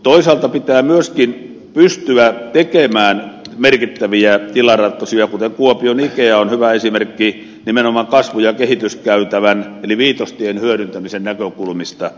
toisaalta pitää myöskin pystyä tekemään merkittäviä tilaratkaisuja kuten kuopion ikea joka on hyvä esimerkki nimenomaan kasvu ja kehityskäytävän eli viitostien hyödyntämisen näkökulmista